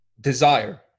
desire